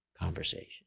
conversation